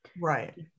Right